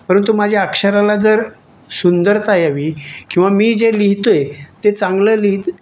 परंतु माझ्या अक्षराला जर सुंदरता यावी किंवा मी जे लिहितो आहे ते चांगलं लिहि